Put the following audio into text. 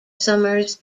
summers